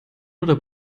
oder